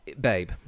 Babe